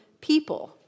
people